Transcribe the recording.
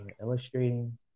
illustrating